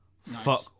Fuck